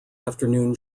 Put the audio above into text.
afternoon